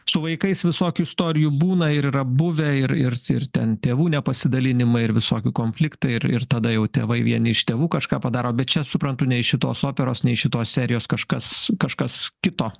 su vaikais visokių istorijų būna ir yra buvę ir ir ir ten tėvų nepasidalinimai ir visokių konfliktai ir ir tada jau tėvai vieni iš tėvų kažką padaro bet čia suprantu ne iš šitos operos ne iš šitos serijos kažkas kažkas kito